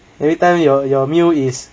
everytime your your meal is